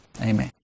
Amen